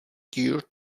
geared